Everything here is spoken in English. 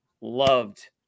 loved